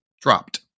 dropped